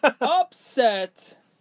upset